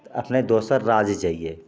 तऽ अपने दोसर राज्य जइए